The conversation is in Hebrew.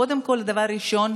קודם כול, דבר ראשון,